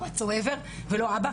ולא האבא,